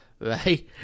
Right